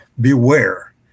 beware